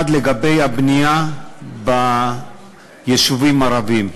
אחד, לגבי הבנייה ביישובים ערביים.